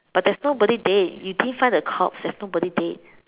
but there's nobody dead you didn't find the corpse there's nobody dead